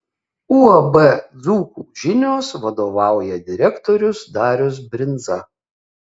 uab dzūkų žinios vadovauja direktorius darius brindza